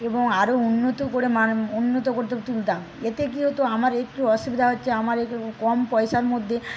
এবং আরো উন্নত করে মানে উন্নত করে তুলতাম এতে কি হত আমার একটু অসুবিধা হচ্ছে আমার এ কম পয়সার মধ্যে